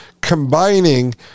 combining